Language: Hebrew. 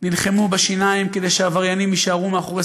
נלחמו בשיניים כדי שעבריינים יישארו מאחורי